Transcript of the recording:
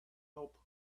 help